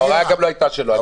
ההוראה לא הייתה שלו.